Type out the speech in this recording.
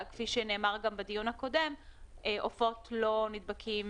כפי שנאמר גם בדיון הקודם עופות לא נדבקים